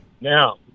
Now